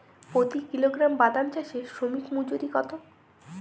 প্রতি কিলোগ্রাম বাদাম চাষে শ্রমিক মজুরি কত?